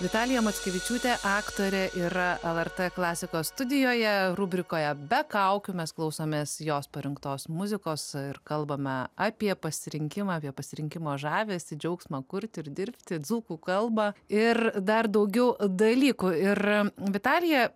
vitaliją mockevičiūtę aktorė yra lrt klasikos studijoje rubrikoje be kaukių mes klausomės jos parinktos muzikos ir kalbame apie pasirinkimą apie pasirinkimo žavesį džiaugsmą kurti ir dirbti dzūkų kalbą ir dar daugiau dalykų ir vitalija